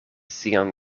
sian